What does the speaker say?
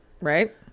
Right